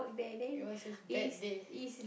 it was his bad day